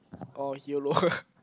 orh yolo